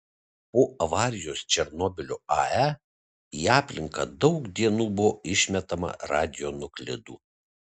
po avarijos černobylio ae į aplinką daug dienų buvo išmetama radionuklidų